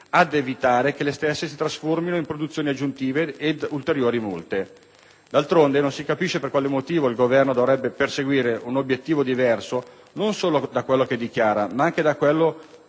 ad evitare che le stesse si trasformino in produzioni aggiuntive ed in ulteriori multe. D'altronde, non si capisce per quale motivo il Governo dovrebbe perseguire un obiettivo diverso, non solo da quello che dichiara, ma anche da quello